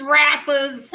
rappers